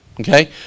Okay